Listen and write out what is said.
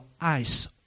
eyes